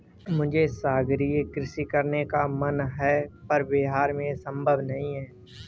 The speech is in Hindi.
मुझे सागरीय कृषि करने का मन है पर बिहार में ये संभव नहीं है